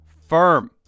Firm